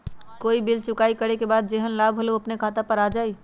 कोई बिल चुकाई करे के बाद जेहन लाभ होल उ अपने खाता पर आ जाई?